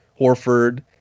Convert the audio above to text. horford